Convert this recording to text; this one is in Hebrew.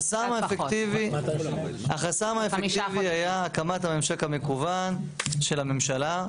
החסם האפקטיבי זה היה הקמת הממשק המקוון של הממשלה.